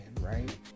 right